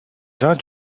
vins